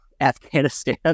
Afghanistan